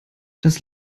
das